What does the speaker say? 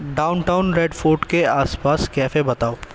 down town red fort کے آس پاس کیفے بتاؤ